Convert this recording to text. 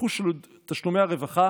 תפחו תשלומי הרווחה